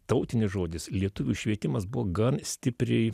tautinis žodis lietuvių švietimas buvo gan stipriai